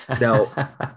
Now